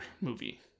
movie